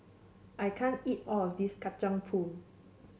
I can't eat all of this Kacang Pool